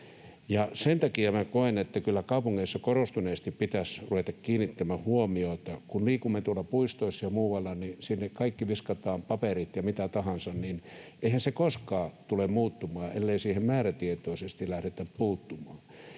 Sen takia minä koen, että kyllä kaupungeissa korostuneesti pitäisi ruveta kiinnittämään huomiota siihen, että kun liikumme tuolla puistoissa ja muualla, niin sinne viskataan kaikki, paperit ja mitä tahansa. Eihän se koskaan tule muuttumaan, ellei siihen määrätietoisesti lähdetä puuttumaan.